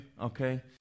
okay